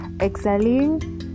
excelling